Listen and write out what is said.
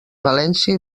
valència